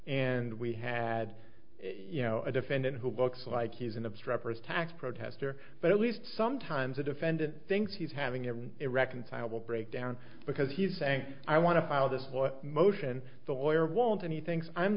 nd we had you know a defendant who looks like he's an obstreperous tax protester but at least sometimes the defendant thinks he's having an irreconcilable breakdown because he's saying i want to file this motion the lawyer won't and he thinks i'm